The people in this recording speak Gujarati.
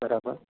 બરાબર